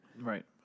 Right